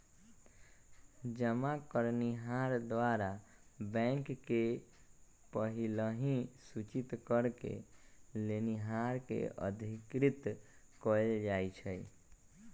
जमा करनिहार द्वारा बैंक के पहिलहि सूचित करेके लेनिहार के अधिकृत कएल जाइ छइ